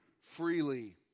freely